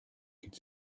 could